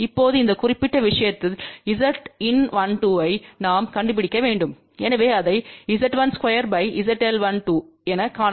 இப்போதுஇந்த குறிப்பிட்ட விஷயத்தில்Zin12ஐநாம் கண்டுபிடிக்க வேண்டும் எனவே அதை Z12 ZL12எனக் காணலாம்